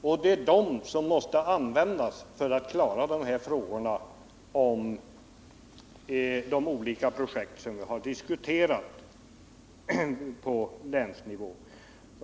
Det är dessa resurser som måste användas för att klara de olika projekt som vi diskuterat på länsnivå.